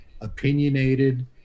opinionated